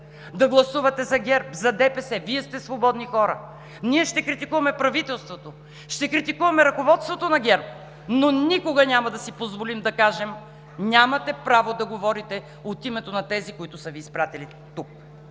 да гласувате за ГЕРБ, за ДПС – Вие сте свободни хора. Ние ще критикуваме правителството, ще критикуваме ръководството на ГЕРБ, но никога няма да си позволим да кажем: „Нямате право да говорите от името на тези, които са Ви изпратили тук“!